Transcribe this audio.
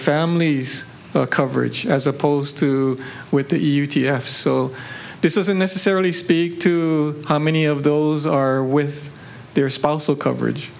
families coverage as opposed to with the e u t f so this isn't necessarily speak to how many of those are with their spouse or coverage